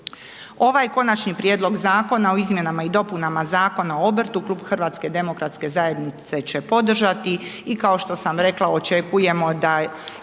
Ovaj Konačni prijedlog Zakona o izmjenama i dopunama Zakona o obrtu, Klub HDZ-a će podržati i kao što sam rekla očekujemo da